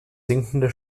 sinkende